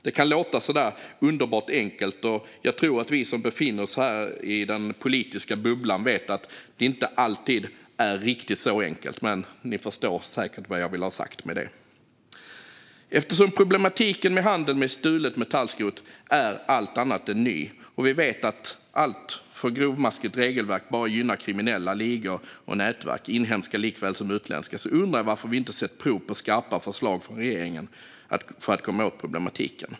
Det kan låta underbart enkelt, och jag tror att vi som befinner oss i den här politiska bubblan vet att det inte alltid är riktigt så enkelt. Men ni förstår säkert vad jag vill ha sagt. Eftersom problematiken med handel med stulet metallskrot är allt annat än ny - och vi vet att ett alltför grovmaskigt regelverk bara gynnar kriminella ligor och nätverk, inhemska likaväl som utländska - undrar jag varför vi inte har fått se prov på skarpa förslag från regeringen för att komma åt problematiken.